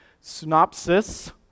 synopsis